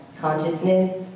consciousness